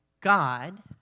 God